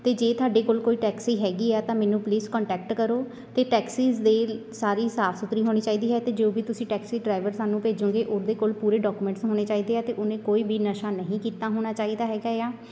ਅਤੇ ਜੇ ਤੁਹਾਡੇ ਕੋਲ ਕੋਈ ਟੈਕਸੀ ਹੈਗੀ ਆ ਤਾਂ ਮੈਨੂੰ ਪਲੀਸ ਕੋਂਟੈਕਟ ਕਰੋ ਅਤੇ ਟੈਕਸੀਜ਼ ਦੇ ਸਾਰੀ ਸਾਫ਼ ਸੁਥਰੀ ਹੋਣੀ ਚਾਹੀਦੀ ਹੈ ਅਤੇ ਜੋ ਵੀ ਤੁਸੀਂ ਟੈਕਸੀ ਡਰਾਈਵਰ ਸਾਨੂੰ ਭੇਜੋਂਗੇ ਉਹਦੇ ਕੋਲ ਪੂਰੇ ਡਾਕੂਮੈਂਟਸ ਹੋਣੇ ਚਾਹੀਦੇ ਆ ਅਤੇ ਉਹਨੇ ਕੋਈ ਵੀ ਨਸ਼ਾ ਨਹੀਂ ਕੀਤਾ ਹੋਣਾ ਚਾਹੀਦਾ ਹੈਗਾ ਏ ਆ